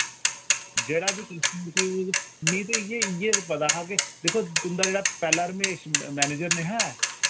जेह्ड़ा वि मि ते इयै इयै पता हा के दिक्खो तुंदा जेह्ड़ा पैह्ला रमेश मैनेजर ने'हां ऐ